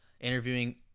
interviewing